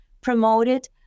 promoted